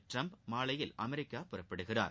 Trump மாலையில் அமெரிக்கா புறப்படுகிறார்